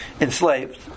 enslaved